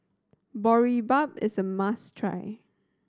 boribap is a must try